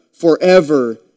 forever